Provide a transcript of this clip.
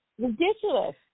Ridiculous